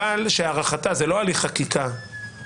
אבל שהארכתה זה לא הליך חקיקתה מחדש,